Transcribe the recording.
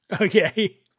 Okay